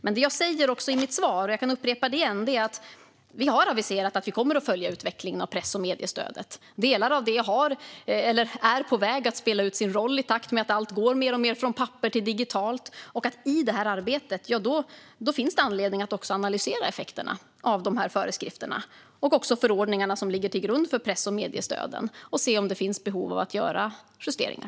Men jag kan upprepa det jag säger i mitt svar: Vi har aviserat att vi kommer att följa utvecklingen av press och mediestödet. Delar av det har spelat, eller är på väg att spela, ut sin roll i takt med att allt går mer och mer från papper till digitalt. I detta arbete finns det anledning att också analysera effekterna av föreskrifterna och även förordningarna som ligger till grund för press och mediestöden och se om det finns behov av att göra justeringar.